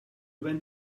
want